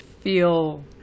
feel